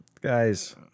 guys